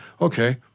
okay